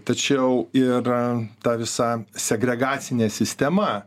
tačiau ir ta visa segregacinė sistema